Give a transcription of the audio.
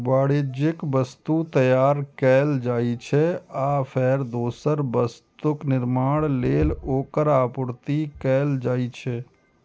वाणिज्यिक वस्तु तैयार कैल जाइ छै, आ फेर दोसर वस्तुक निर्माण लेल ओकर आपूर्ति कैल जाइ छै